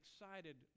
excited